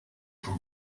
from